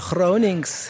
Gronings